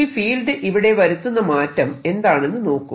ഈ ഫീൽഡ് ഇവിടെ വരുത്തുന്ന മാറ്റം എന്താണെന്ന് നോക്കൂ